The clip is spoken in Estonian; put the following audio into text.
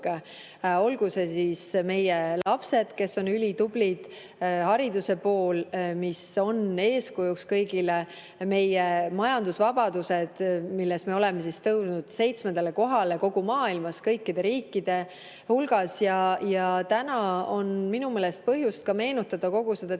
Olgu selleks meie lapsed, kes on ülitublid, hariduse pool, mis on eeskujuks kõigile, meie majandusvabadused, milles me oleme tõusnud seitsmendale kohale kogu maailma riikide hulgas. Ja täna on minu meelest põhjust meenutada kogu seda